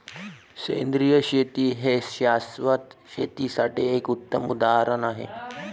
सेंद्रिय शेती हे शाश्वत शेतीसाठी एक उत्तम उदाहरण आहे